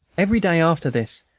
every day, after this,